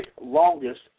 longest